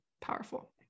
powerful